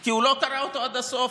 כי הוא לא קרא אותו עד הסוף,